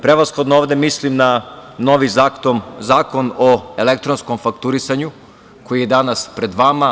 Prevashodno, ovde mislim na novi zakon o elektronskom fakturisanju koji je danas pred vama.